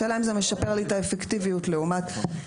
השאלה היא האם זה משפר לי את האפקטיביות לעומת קביעה